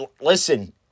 Listen